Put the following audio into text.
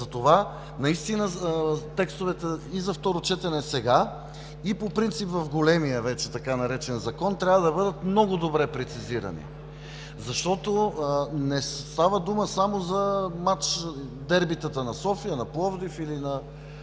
Затова наистина текстовете и за второ четене сега, и по принцип в така наречения голям закон, трябва да бъдат много добре прецизирани. Не става дума само за мач-дербитата на София, на Пловдив, на